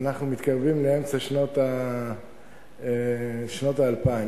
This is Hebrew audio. ואנחנו מתקרבים לאמצע שנות האלפיים,